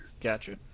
gotcha